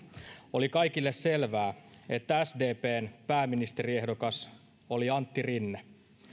oli kaikille selvää että sdpn pääministeriehdokas oli antti rinne